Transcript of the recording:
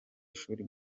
ishuri